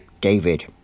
David